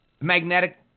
magnetic